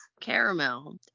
caramel